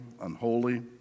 unholy